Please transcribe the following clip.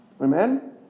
Amen